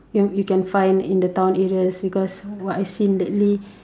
you you can find in the town areas because what I seen lately